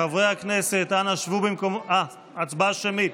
חברי הכנסת, ההצבעה תהיה שמית.